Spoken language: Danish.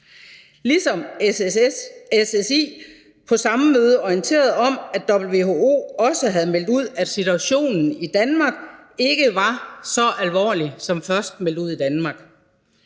ligesom SSI på samme møde orienterede om, at WHO også havde meldt ud, at situationen i Danmark ikke var så alvorlig, som først meldt ud i Danmark.